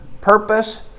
purpose